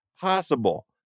possible